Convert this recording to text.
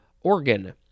organ